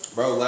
Bro